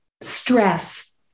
stress